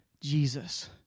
Jesus